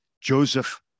Joseph